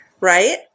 right